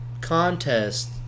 contest